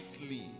lightly